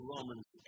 Romans